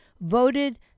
voted